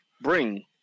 bring